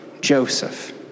Joseph